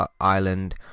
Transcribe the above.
island